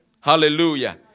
Hallelujah